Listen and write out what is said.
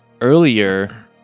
Earlier